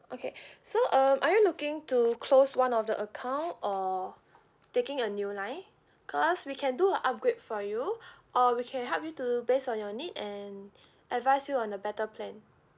okay so um are you looking to close one of the account or taking a new line because we can do a upgrade for you or we can help you to based on your need and advise you on a better plan